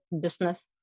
business